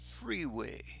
freeway